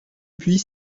puits